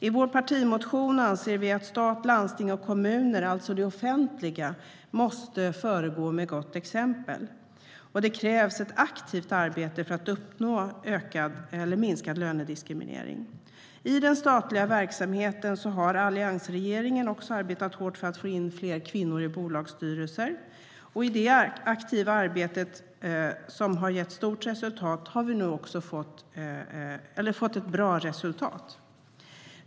I vår partimotion anser vi att stat, landsting och kommuner, alltså det offentliga, måste föregå med gott exempel. Det krävs ett aktivt arbete för att uppnå minskad lönediskriminering.I den statliga verksamheten har alliansregeringen också arbetat hårt för att få in fler kvinnor i bolagsstyrelser. I det aktiva arbetet har vi nu fått ett bra resultat.